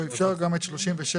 פנייה